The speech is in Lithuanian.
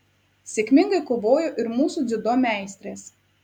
sėkmingai kovojo ir mūsų dziudo meistrės